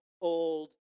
old